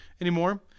anymore